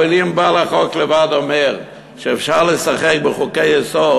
אבל אם בעל החוק עצמו אומר שאפשר לשחק בחוקי-יסוד,